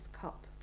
cup